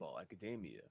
Academia